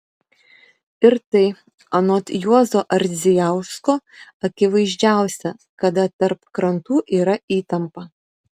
ir tai anot juozo ardzijausko akivaizdžiausia kada tarp krantų yra įtampa